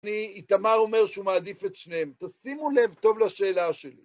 איתמר אומר שהוא מעדיף את שניהם. תשימו לב טוב לשאלה שלי.